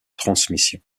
transmission